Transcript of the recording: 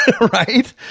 right